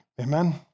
Amen